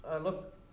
look